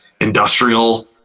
industrial